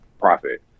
profit